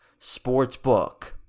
Sportsbook